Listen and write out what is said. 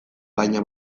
baina